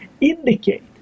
indicate